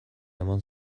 eman